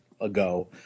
ago